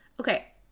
okay